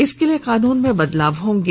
इसके लिए कानून में बदलाव होंगे